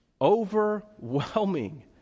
Overwhelming